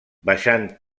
baixant